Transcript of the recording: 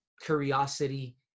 curiosity